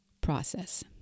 process